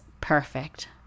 perfect